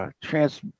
trans